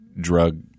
drug